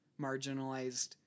marginalized